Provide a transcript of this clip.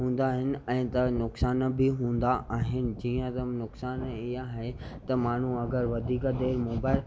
हूंदा आहिनि ऐं त नुक़सानु बि हूंदा आहिनि जीअं त नुक़सानु इअ आहे त माण्हू अगरि वधीक देरि मोबाइल